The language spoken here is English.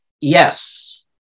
Yes